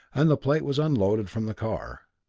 and the plate was unloaded from the car.